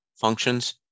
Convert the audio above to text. functions